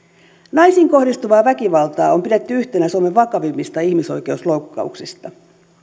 naisiin kohdistuvaa väkivaltaa on pidetty yhtenä suomen vakavimmista ihmisoikeusloukkauksista